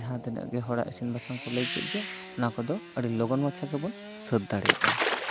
ᱡᱟᱦᱟᱸ ᱛᱤᱱᱟᱹᱜ ᱜᱮ ᱦᱚᱲᱟᱜ ᱤᱥᱤᱱ ᱵᱟᱥᱟᱝ ᱠᱚ ᱞᱟᱹᱭ ᱠᱮᱜ ᱜᱮ ᱚᱱᱟ ᱠᱚᱫᱚ ᱟᱹᱰᱤ ᱞᱚᱜᱚᱱ ᱢᱟᱪᱷᱟ ᱜᱮᱵᱚᱱ ᱥᱟᱹᱛ ᱫᱟᱲᱮᱭᱟᱜᱼᱟ